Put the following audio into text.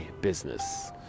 business